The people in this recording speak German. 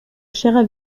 scherer